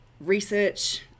research